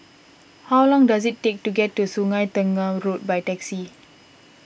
how long does it take to get to Sungei Tengah Road by taxi